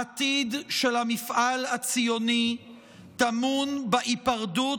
העתיד של המפעל הציוני טמון בהיפרדות